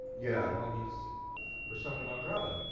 yeah now he's persona non grata.